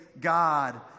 God